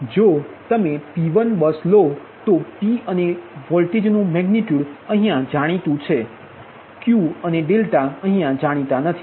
તેથી જો તે PV બસ છે તો P અને વોલ્ટેજનું મેગનિટ્યુડ અહીયા જાણીતુ છે Q અને અહીયા જાણેતા નથી